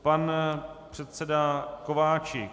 Pan předseda Kováčik.